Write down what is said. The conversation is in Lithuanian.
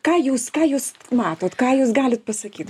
ką jūs ką jūs matot ką jūs galit pasakyt